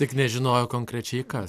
tik nežinojo konkrečiai kas